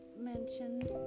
mention